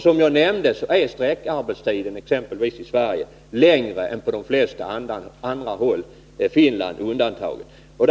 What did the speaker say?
Som jag nämnde är exempelvis sträckarbetstiden i Sverige längre än på de flesta andra håll, Finland undantaget.